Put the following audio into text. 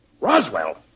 Roswell